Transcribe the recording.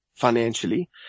financially